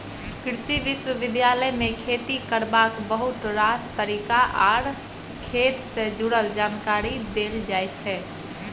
कृषि विश्वविद्यालय मे खेती करबाक बहुत रास तरीका आर खेत सँ जुरल जानकारी देल जाइ छै